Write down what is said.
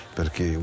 perché